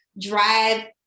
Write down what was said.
drive